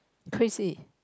crazy